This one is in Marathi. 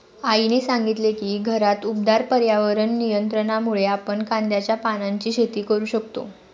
आईने सांगितले की घरात उबदार पर्यावरण नियंत्रणामुळे आपण कांद्याच्या पानांची शेती करू शकतो